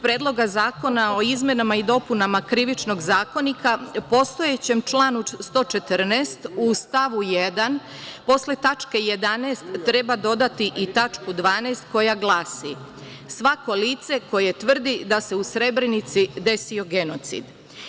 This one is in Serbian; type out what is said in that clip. Predloga zakona o izmenama i dopunama Krivičnog zakonika, u postojećem članu 114. u stavu 1. posle tačke 11) treba dodati i tačku 12) koja glasi: "Svako lice koje tvrdi da se u Srebrenici desio genocid"